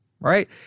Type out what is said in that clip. right